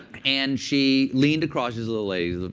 and she leaned across. she's a little lady,